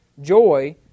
joy